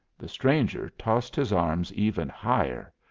the stranger tossed his arms even higher.